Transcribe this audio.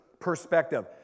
perspective